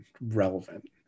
relevant